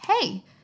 hey